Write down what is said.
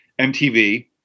MTV